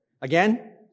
Again